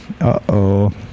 uh-oh